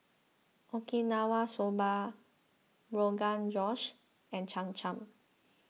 Okinawa Soba Rogan Josh and Cham Cham